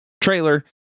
trailer